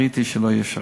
ראיתי שלא יהיה שר"פ.